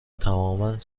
توانمند